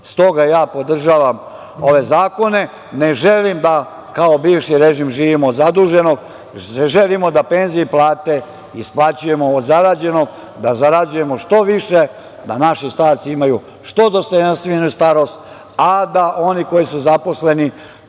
ja podržavam ove zakone, ne želim da kao bivši režim živimo zaduženo. Želimo da penzije i plate isplaćujemo od zarađenog, da zarađujemo što više, da naši starci imaju što dostojanstveniju starost, a da oni koji su zaposleni